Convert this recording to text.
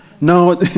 Now